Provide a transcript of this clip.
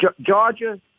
georgia